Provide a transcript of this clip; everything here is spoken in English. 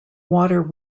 water